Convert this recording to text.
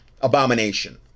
abomination